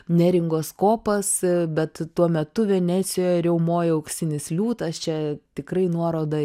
neringos kopas bet tuo metu venecijoje riaumoja auksinis liūtas čia tikrai nuoroda